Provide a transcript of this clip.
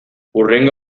hurrengo